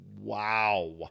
Wow